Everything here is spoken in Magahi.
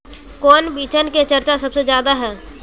कौन बिचन के चर्चा सबसे ज्यादा है?